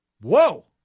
Whoa